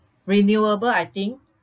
renewable I think